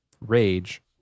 rage